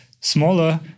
smaller